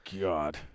God